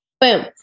boom